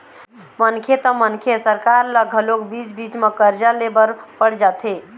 मनखे त मनखे सरकार ल घलोक बीच बीच म करजा ले बर पड़ जाथे